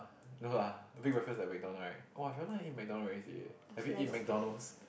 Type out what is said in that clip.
no lah big breakfast at McDonald right !wah! I very long never eat McDonald already seh have you eat McDonald's